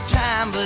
time